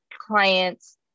clients